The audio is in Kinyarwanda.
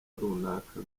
runaka